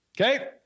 Okay